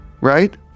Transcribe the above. right